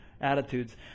Attitudes